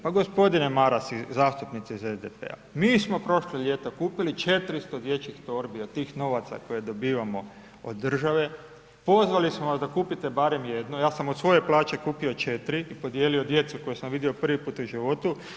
Pa gospodine Maras i zastupnici iz SPD-a, mi smo prošlog ljeta kupili 400 dječjih torbi od tih novaca koje dobivamo od države, pozvali smo vas da kupite barem 1, ja sam od svoje plaće kupio 4, podijelio djeci koju sam vidio prvi put u životu.